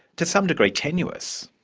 to some degree, tenuous.